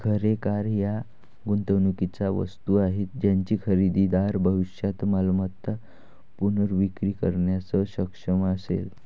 घरे, कार या गुंतवणुकीच्या वस्तू आहेत ज्याची खरेदीदार भविष्यात मालमत्ता पुनर्विक्री करण्यास सक्षम असेल